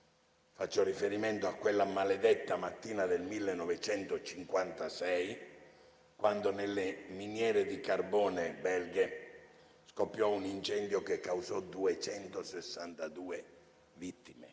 Faccio riferimento a quella maledetta mattina del 1956, quando nelle miniere di carbone belghe scoppiò un incendio che causò 262 vittime;